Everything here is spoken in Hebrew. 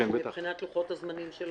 שמבחינת לוחות הזמנים שלכם,